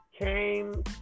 came